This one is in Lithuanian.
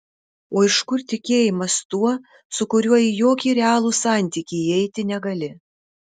o iš kur tikėjimas tuo su kuriuo į jokį realų santykį įeiti negali